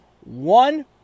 one